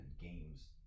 games